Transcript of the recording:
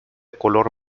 color